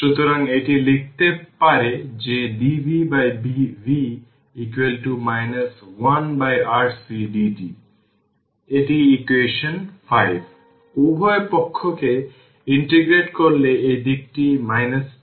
সুতরাং 10 e power 25 t volt এই সহজ জিনিসটি পূর্বে ডেভেলোপড r সোর্সগুলি থেকে কেবল ডাটা রাখছি